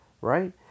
Right